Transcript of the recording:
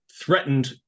threatened